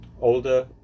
older